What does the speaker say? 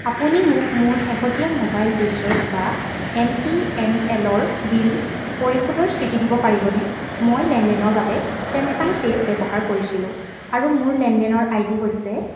আপুনি মোক মোৰ শেহতীয়া মোবাইল ৰিচাৰ্জ বা এম টি এন এলৰ বিল পৰিশোধৰ স্থিতি দিব পাৰিবনে মই লেনদেনৰ বাবে ছেমছাং পে' ব্যৱহাৰ কৰিছিলোঁ আৰু মোৰ লেনদেনৰ আই ডি হৈছে